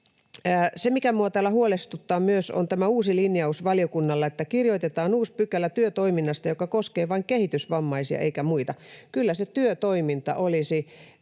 se, mikä minua täällä huolestuttaa myös, on tämä uusi linjaus valiokunnalle, että kirjoitetaan uusi pykälä työtoiminnasta, joka koskee vain kehitysvammaisia eikä muita. Kyllä se on tärkeää,